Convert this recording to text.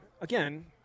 again—